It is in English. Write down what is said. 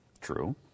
True